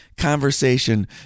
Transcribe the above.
conversation